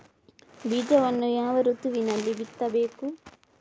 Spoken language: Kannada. ಬೀಜವನ್ನು ಯಾವ ಋತುವಿನಲ್ಲಿ ಬಿತ್ತಬೇಕು?